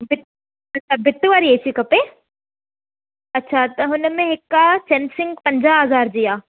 भिति अच्छा भिति वारी ए सी खपे अच्छा अच्छा हुनमें हिकु आहे सेमसंग पंजाह हज़ार जी आहे